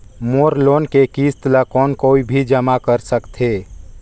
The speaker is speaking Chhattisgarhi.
मोर लोन के किस्त ल कौन कोई भी जमा कर सकथे?